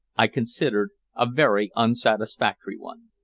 i considered, a very unsatisfactory one.